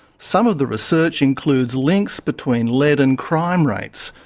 some of the research includes links between lead and crime rates,